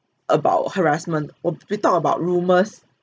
about harassment or we talk about rumours